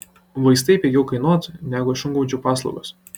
vaistai pigiau kainuotų negu šungaudžių paslaugos